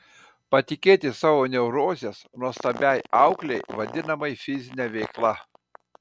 patikėti savo neurozes nuostabiai auklei vadinamai fizine veikla